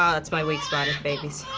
um that's my weak spot is babies.